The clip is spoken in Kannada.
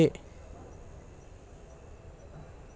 ಕೊಯ್ಲು ನಂತರದಲ್ಲಿ ಆಗುವ ನಷ್ಟಗಳಿಗೆ ಹವಾಮಾನ ವೈಫಲ್ಯ ಕಾರಣವೇ?